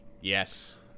Yes